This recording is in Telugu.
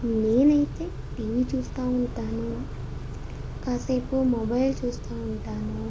నేనైతే టీవీ చూస్తూ ఉంటాను కాసేపు మొబైల్ చూస్తూ ఉంటాను